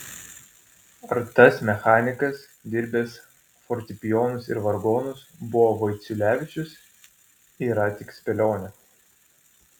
ar tas mechanikas dirbęs fortepijonus ir vargonus buvo vaiciulevičius yra tik spėlionė